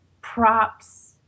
props